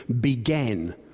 began